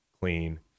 clean